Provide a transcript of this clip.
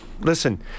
listen